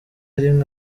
rimwe